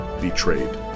Betrayed